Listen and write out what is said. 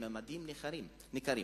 לממדים ניכרים,